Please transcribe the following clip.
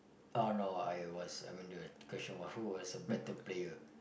I don't know I was I went to the question was who was a better player